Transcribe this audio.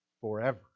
forever